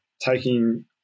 Taking